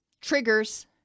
triggers